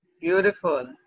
Beautiful